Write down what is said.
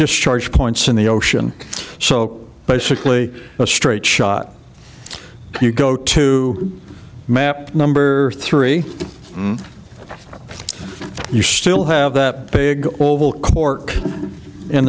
discharge points in the ocean so basically a straight shot you go to map number three you still have that big oval cork in